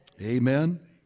Amen